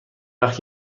وقت